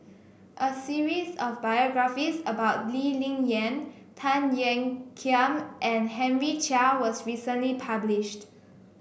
a series of biographies about Lee Ling Yen Tan Ean Kiam and Henry Chia was recently published